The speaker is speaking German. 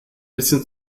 bisschen